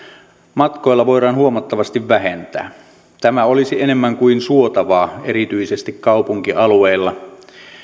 matkoilla voidaan huomattavasti vähentää tämä olisi enemmän kuin suotavaa erityisesti kaupunkialueilla